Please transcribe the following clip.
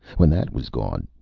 when that was gone,